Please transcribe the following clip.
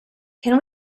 can